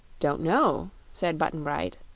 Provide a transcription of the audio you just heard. don't know, said button-bright.